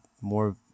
more